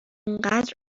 اونقدر